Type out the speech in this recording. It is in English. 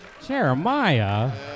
Jeremiah